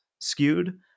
skewed